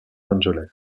angeles